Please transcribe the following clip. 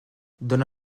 dóna